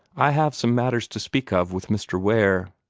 i have some matters to speak of with mr. ware.